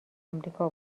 آمریکا